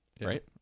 Right